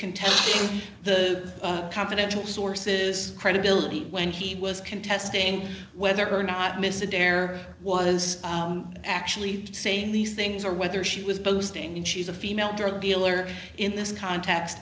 contesting the confidential sources credibility when he was contesting whether or not miss adair was actually saying these things or whether she was boasting and she's a female drug dealer in this context